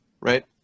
right